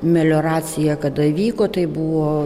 melioracija kada vyko tai buvo